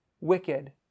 wicked